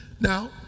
Now